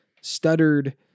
stuttered